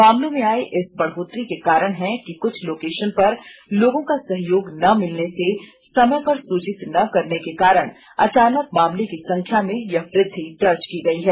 मामलों में आए इस बढोतरी के कारण है कि क्छ लोकशन पर लोगों का सहयोग न मिलने से समय पर सुचित न करने के कारण अचानक मामले की संख्या में यह वुद्वि दर्ज की गई है